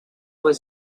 was